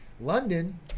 London